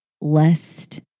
lest